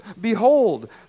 behold